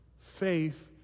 Faith